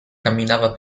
camminava